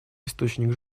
источник